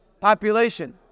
population